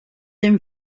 hem